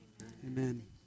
Amen